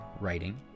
writing